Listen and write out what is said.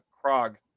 Krog